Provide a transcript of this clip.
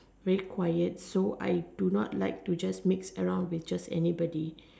very quiet so I do not like to just mix around with just anybody